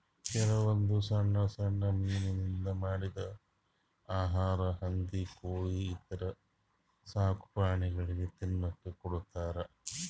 ಕೆಲವೊಂದ್ ಸಣ್ಣ್ ಸಣ್ಣ್ ಮೀನಾಲಿಂತ್ ಮಾಡಿದ್ದ್ ಆಹಾರಾ ಹಂದಿ ಕೋಳಿ ಈಥರ ಸಾಕುಪ್ರಾಣಿಗಳಿಗ್ ತಿನ್ನಕ್ಕ್ ಕೊಡ್ತಾರಾ